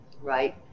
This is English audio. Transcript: right